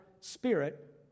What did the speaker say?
Spirit